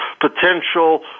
potential